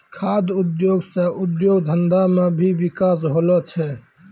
खाद्य उद्योग से उद्योग धंधा मे भी बिकास होलो छै